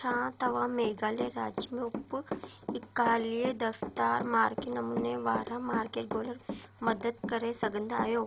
छा तव्हां मेघालय राज्य में उप इकालीअ दफ़्तार मार्के नमूने वारा मार्के ॻोल्ह मदद करे सघंदा आहियो